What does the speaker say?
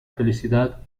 felicidad